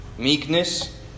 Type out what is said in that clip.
Meekness